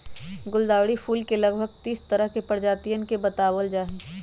गुलदावरी फूल के लगभग तीस तरह के प्रजातियन के बतलावल जाहई